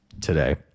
today